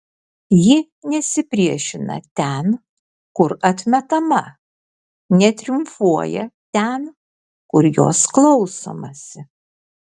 ji nesipriešina ten kur atmetama netriumfuoja ten kur jos klausomasi